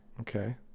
Okay